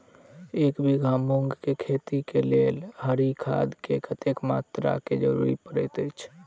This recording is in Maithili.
एक बीघा मूंग केँ खेती केँ लेल हरी खाद केँ कत्ते मात्रा केँ जरूरत पड़तै अछि?